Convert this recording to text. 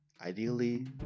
Ideally